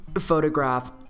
photograph